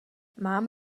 mám